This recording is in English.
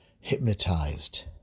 hypnotized